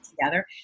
together